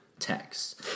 text